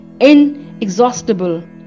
inexhaustible